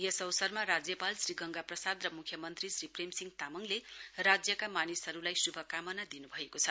यस अवसरमा राज्यपाल श्री गंगा प्रसाद र मुख्यमन्त्री श्री प्रेमसिंह तामङले राज्यका मानिसहरुलाई शुभकामना दिनुभएको छ